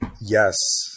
Yes